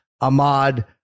Ahmad